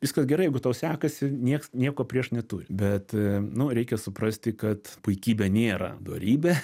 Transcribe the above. viskas gerai jeigu tau sekasi nieks nieko prieš neturiu bet nu reikia suprasti kad puikybė nėra dorybė